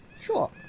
Sure